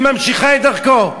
והיא ממשיכה את דרכו,